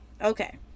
okay